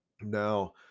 Now